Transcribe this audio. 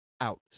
out